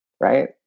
Right